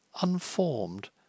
unformed